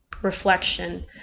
reflection